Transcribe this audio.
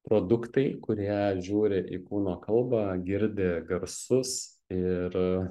produktai kurie žiūri į kūno kalbą girdi garsus ir